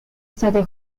state